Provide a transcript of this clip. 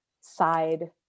side